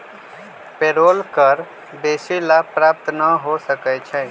payroll कर बेशी लाभ प्राप्त न हो सकै छइ